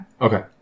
Okay